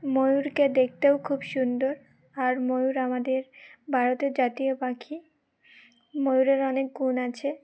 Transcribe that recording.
ময়ূরকে দেখতেও খুব সুন্দর আর ময়ূর আমাদের ভারতের জাতীয় পাখি ময়ূরের অনেক গুণ আছে